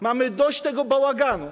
Mamy dość tego bałaganu.